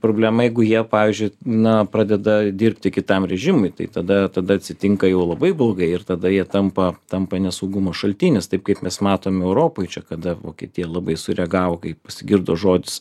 problema jeigu jie pavyzdžiui na pradeda dirbti kitam režimui tai tada tada atsitinka jau labai blogai ir tada jie tampa tampa nesaugumo šaltinis taip kaip mes matom europoj čia kada vokietija labai sureagavo kai pasigirdo žodis